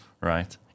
Right